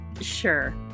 Sure